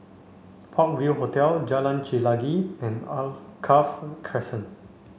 Park View Hotel Jalan Chelagi and Alkaff Crescent